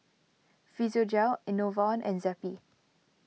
Physiogel Enervon and Zappy